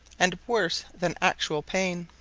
and worse than actual pain.